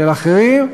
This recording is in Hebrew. של אחרים,